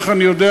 איך אני יודע?